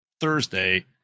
Thursday